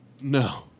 No